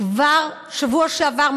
כבר בשבוע שעבר,